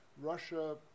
Russia